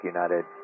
United